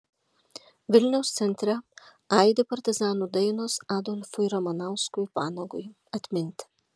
vilniaus centre aidi partizanų dainos adolfui ramanauskui vanagui atminti